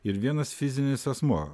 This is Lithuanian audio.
ir vienas fizinis asmuo